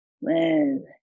man